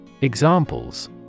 Examples